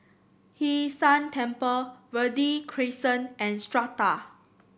Hwee San Temple Verde Crescent and Strata